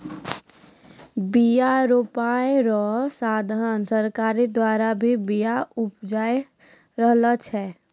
बिया रोपाय रो साधन सरकार द्वारा भी बिया उपजाय रहलो छै